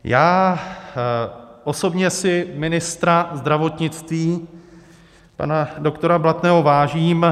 Já osobně si ministra zdravotnictví, pana doktora Blatného, vážím.